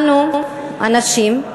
אנו הנשים,